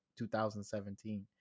2017